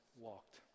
walked